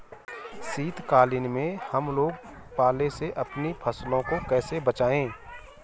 शीतकालीन में हम लोग पाले से अपनी फसलों को कैसे बचाएं?